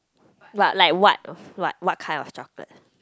but like what what what kind of chocolate